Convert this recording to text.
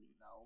No